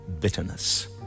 bitterness